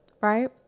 right